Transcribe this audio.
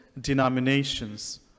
denominations